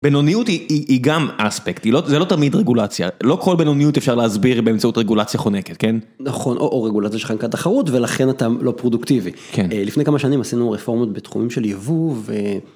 בינוניות היא היא גם אספקט, היא לא זה לא תמיד רגולציה לא כל בינוניות אפשר להסביר באמצעות רגולציה חונקת, כן? נכון או רגולציה שחנקה תחרות ולכן אתה לא פרודוקטיבי. לפני כמה שנים עשינו רפורמות בתחומים של יבוא.